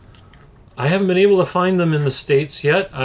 i haven't been able to find them in the states yet,